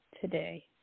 today